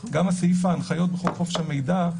גם סעיף ההנחיות בחוק חופש המידע,